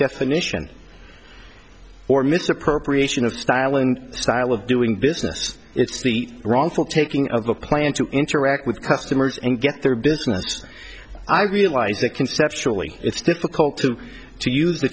definition for misappropriation of style and style of doing business it's the wrongful taking of the plan to interact with customers and get their business i realize that conceptually it's difficult to to use the